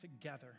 together